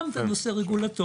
את הנושא רגולטורי,